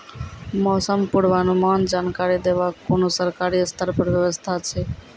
मौसम पूर्वानुमान जानकरी देवाक कुनू सरकारी स्तर पर व्यवस्था ऐछि?